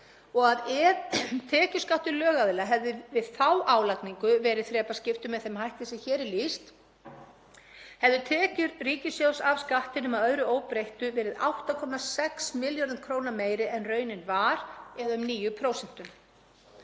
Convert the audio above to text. og að ef tekjuskattur lögaðila hefði við þá álagningu verið þrepaskiptur með þeim hætti sem hér er lýst hefðu tekjur ríkissjóðs af skattinum, að öðru óbreyttu, verið 8,6 milljörðum kr. meiri en raunin var eða 9%.